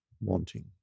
wanting